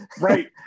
right